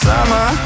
Summer